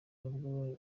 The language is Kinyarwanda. ubwo